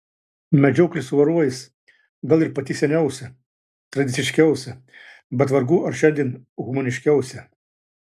medžioklė su varovais gal ir pati seniausia tradiciškiausia bet vargu ar šiandien humaniškiausia